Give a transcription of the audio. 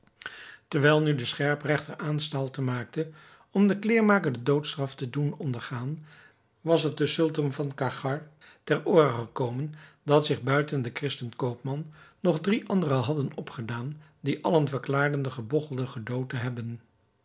terwijl nu de scherpregter aanstalten maakte om den kleêrmaker de doodstraf te doen ondergaan was het den sultan van cachgar ter oore gekomen dat zich buiten den christen koopman nog drie anderen hadden opgedaan die allen verklaarden den gebogchelde gedood te hebben